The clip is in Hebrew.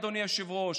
אדוני היושב-ראש.